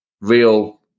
real